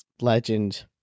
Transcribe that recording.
legend